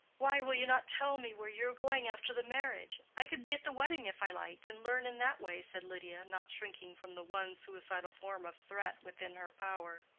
why will you not tell me where you are going after the marriage? i could be at the wedding if i liked, and learn in that way, said lydia, not shrinking from the one suicidal form of threat within her power.